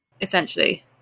Essentially